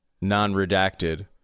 non-redacted